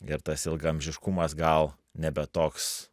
ir tas ilgaamžiškumas gal nebe toks